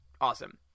awesome